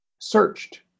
searched